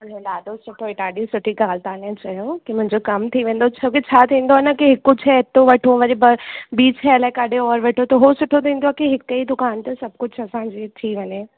हलो ॾाढो सुठो इहे ॾाढी सुठी ॻाल्हि तव्हां न चयो की मुंहिंजो कम थी वेंदो छोकी छा थींदो आहे न की हिकु शइ हितूं वठूं वरी ॿ ॿीं शइ अलाए काॾे और वठूं त उहो सुठो थींदो आहे की हिकु ई दुकान ते सभु कुझु असांजी थी वञे